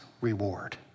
reward